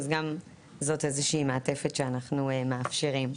אז גם זאת איזושהי מעטפת שאנחנו מאפשרים.